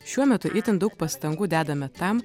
šiuo metu itin daug pastangų dedame tam